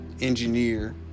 engineer